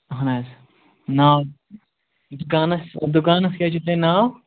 اَہَن حظ ناو دُکانَس دُکانَس کیٛاہ چھُو تۄہہِ ناو